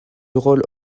rôle